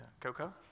Coco